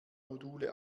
module